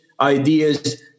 ideas